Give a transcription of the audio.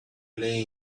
lay